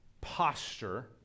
posture